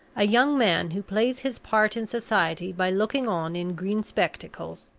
a young man who plays his part in society by looking on in green spectacles,